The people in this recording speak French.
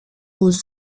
aux